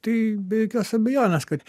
tai be jokios abejonės kad